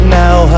now